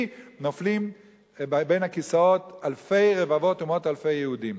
נופלים בין הכיסאות אלפי רבבות ומאות אלפי יהודים.